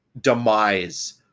demise